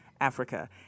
Africa